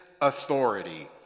authority